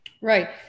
Right